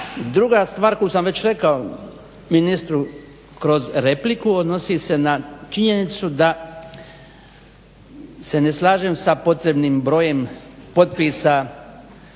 Druga stvar koju sam već rekao ministru kroz repliku odnosi se na činjenicu da se ne slažem sa potrebnim brojem potpisa